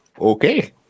Okay